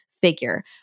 figure